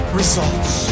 results